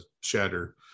shatter